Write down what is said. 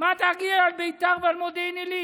מה תגיד על ביתר ועל מודיעין עילית?